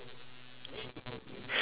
shobabu